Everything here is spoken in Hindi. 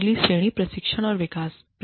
अगली श्रेणी प्रशिक्षण और विकास है